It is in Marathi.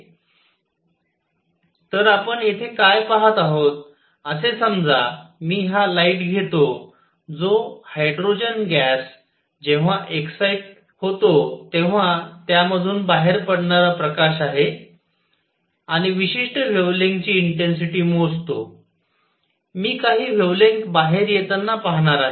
तर आपण येथे काय पाहत आहोत असे समजा मी हा लाइट घेतो जो हायड्रोजन गॅस जेव्हा एक्साईट होतो तेव्हा त्यामधून बाहेर पडणारा प्रकाश आहे आणि विशिष्ट वेव्हलेंग्थ ची इंटेन्सिटी मोजतो मी काही वेव्हलेंग्थ बाहेर येताना पाहणार आहे